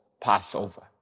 Passover